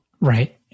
Right